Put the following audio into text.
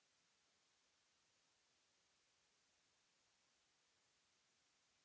Merci